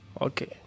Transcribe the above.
Okay